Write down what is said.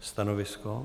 Stanovisko?